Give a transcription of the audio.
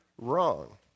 Wrong